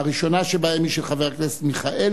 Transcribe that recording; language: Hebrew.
הראשונה שבהן היא של חבר הכנסת מיכאלי,